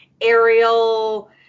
aerial